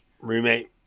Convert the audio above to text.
Roommate